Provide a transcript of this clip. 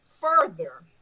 further